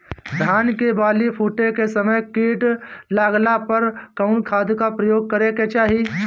धान के बाली फूटे के समय कीट लागला पर कउन खाद क प्रयोग करे के चाही?